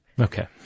Okay